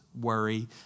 worry